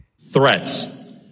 Threats